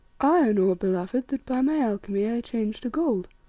iron ore, beloved, that by my alchemy i change to gold,